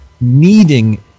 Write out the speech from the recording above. needing